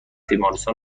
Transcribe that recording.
بیمارستان